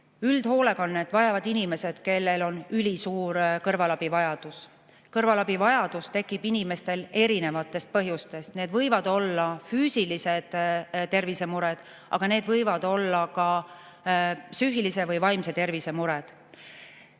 Üldhoolekannet vajavad inimesed, kellel on ülisuur kõrvalabi vajadus. Kõrvalabi vajadus tekib inimestel erinevatest põhjustest [tingituna]. Põhjused võivad olla füüsilise tervise mured, aga need võivad olla ka psüühilise või vaimse tervise mured.